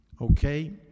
okay